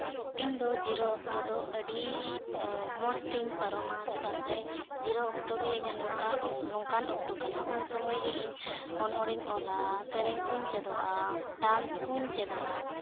ᱤᱧᱫᱚ ᱡᱤᱨᱟᱹᱣ ᱚᱠᱛᱚ ᱫᱚ ᱟᱹᱰᱤ ᱢᱚᱡᱽ ᱛᱤᱧ ᱯᱟᱨᱚᱢᱟ ᱪᱮᱫᱟᱜ ᱥᱮ ᱡᱤᱨᱟᱹᱣ ᱚᱠᱛᱚ ᱜᱮ ᱤᱧᱟᱹᱜ ᱱᱚᱝᱠᱟ ᱱᱚᱝᱠᱟᱱ ᱚᱠᱛᱚ ᱠᱟᱱᱟ ᱩᱱ ᱥᱚᱢᱚᱭ ᱜᱮ ᱤᱧ ᱚᱱᱚᱬᱦᱮᱧ ᱚᱞᱟ ᱥᱮᱨᱮᱧ ᱠᱚᱧ ᱪᱮᱫᱚᱜᱼᱟ ᱰᱟᱱᱥ ᱠᱚᱧ ᱪᱮᱫᱚᱜᱼᱟ